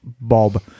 Bob